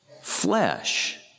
flesh